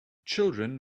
children